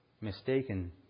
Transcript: mistaken